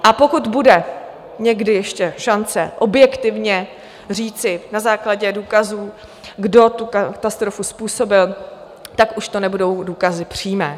A pokud bude někdy ještě šance objektivně říci na základě důkazů, kdo tu katastrofu způsobil, tak už to nebudou důkazy přímé.